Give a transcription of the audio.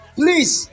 please